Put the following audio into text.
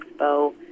expo